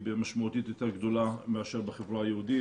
משמעותית יותר גדולה מאשר בחברה היהודית,